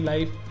Life